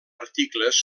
articles